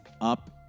up